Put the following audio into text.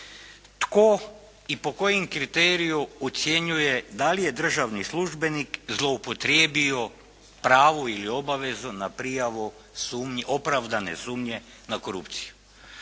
Tko i po kojim kriteriju ocjenjuje da li je državni službenik zloupotrijebio pravo ili obavezu na prijavu opravdane sumnje na korupciju?